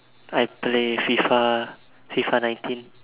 I play F_I_F_A F_I_F_A nineteen